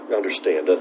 understand